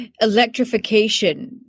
electrification